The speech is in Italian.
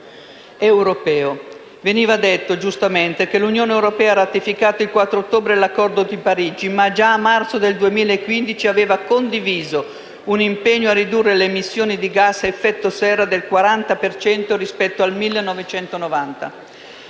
europeo. Veniva detto giustamente che l'Unione europea ha ratificato il 4 ottobre l'accordo di Parigi, ma già a marzo 2015 aveva condiviso un impegno a ridurre le emissioni di gas a effetto serra del 40 per cento rispetto al 1990.